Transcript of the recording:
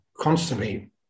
constantly